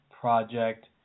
project